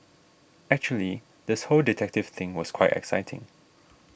actually this whole detective thing was quite exciting